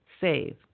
save